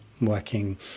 working